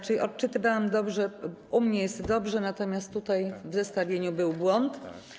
Czyli odczytywałam dobrze, u mnie jest dobrze, natomiast tutaj w zestawieniu był błąd.